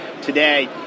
today